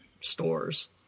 stores